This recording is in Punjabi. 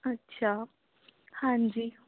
ਅੱਛਾ ਹਾਂਜੀ